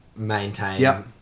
maintain